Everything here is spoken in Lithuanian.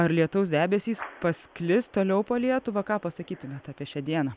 ar lietaus debesys pasklis toliau po lietuvą ką pasakytumėt apie šią dieną